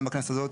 גם בכנסת הזאת,